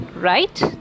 right